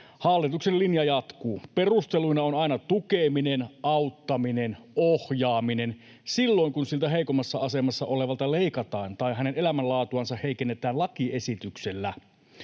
Hallituksen linja jatkuu. Perusteluina on aina tukeminen, auttaminen, ohjaaminen silloin kun siltä heikommassa asemassa olevalta leikataan tai hänen elämänlaatuansa heikennetään lakiesityksellä.